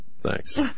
thanks